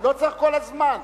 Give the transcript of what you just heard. לא צריך כל הזמן.